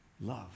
love